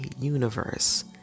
universe